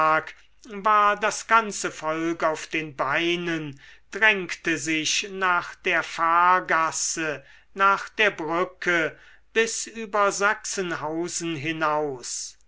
war das ganze volk auf den beinen drängte sich nach der fahrgasse nach der brücke bis über sachsenhausen hinaus